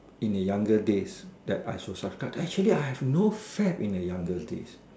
in the younger day that I will subscribe actually I have no fad in the younger days